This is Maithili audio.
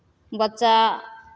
बच्चा